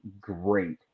great